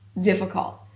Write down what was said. difficult